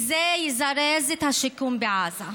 כי זה יזרז את השיקום בעזה.